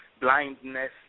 blindness